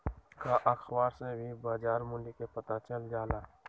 का अखबार से भी बजार मूल्य के पता चल जाला?